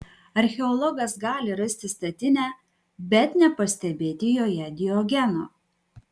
archeologas gali rasti statinę bet nepastebėti joje diogeno